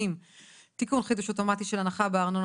הוותיקים(תיקון - חידוש אוטומטי של הנחה בארנונה),